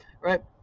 right